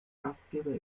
gastgeber